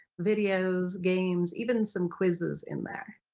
videos, games, even some quizzes in there.